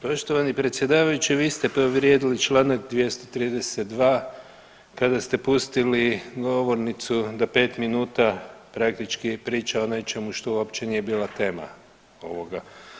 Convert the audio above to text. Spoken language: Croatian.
Poštovani predsjedavajući vi ste povrijedili čl. 232. kada ste pustili govornicu da pet minuta praktički priča o nečemu što uopće nije bila tema ovoga.